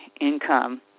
income